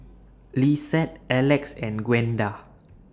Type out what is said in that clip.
Lissette Elex and Gwenda